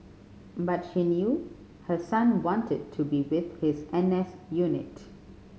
but she knew her son wanted to be with his N S unit